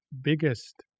biggest